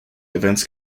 events